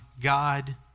God